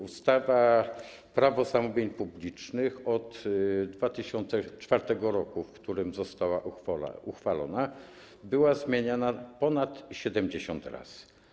Ustawa Prawo zamówień publicznych od 2004 r., w którym została uchwalona, była zmieniana ponad 70 razy.